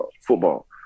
football